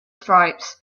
stripes